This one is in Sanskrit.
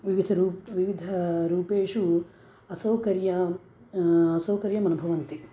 विविधरूपं विविधरूपेषु असौकर्यं असौकर्यं अनुभवन्ति